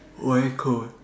why cold